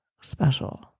special